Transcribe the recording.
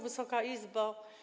Wysoka Izbo!